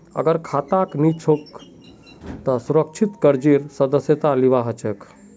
अगर खाता नी छोक त सुरक्षित कर्जेर सदस्यता लिबा हछेक